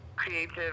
Creative